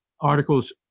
articles